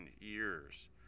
years